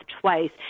twice